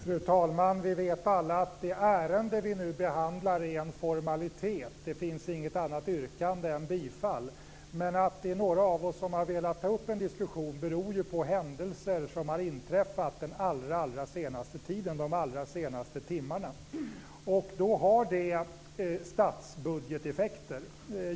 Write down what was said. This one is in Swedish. Fru talman! Vi vet alla att det ärende vi nu behandlar är en formalitet. Det finns inget annat yrkande än bifall. Men att några av oss har velat ta upp en diskussion beror ju på händelser som har inträffat den allra senaste tiden, de allra senaste timmarna, och detta har effekter på statsbudgeten.